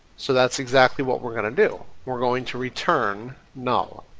so that's exactly what we're gonna do. we're going to return null.